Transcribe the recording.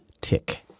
tick